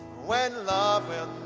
when love will